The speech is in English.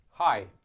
Hi